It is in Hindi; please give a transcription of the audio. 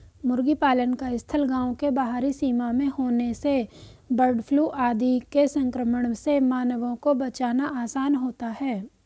मुर्गी पालन का स्थल गाँव के बाहरी सीमा में होने से बर्डफ्लू आदि के संक्रमण से मानवों को बचाना आसान होता है